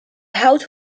hout